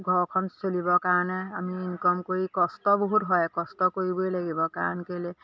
ঘৰখন চলিবৰ কাৰণে আমি ইনকম কৰি কষ্ট বহুত হয় কষ্ট কৰিবই লাগিব কাৰণ কেলৈ